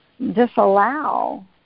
disallow